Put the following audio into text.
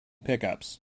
pickups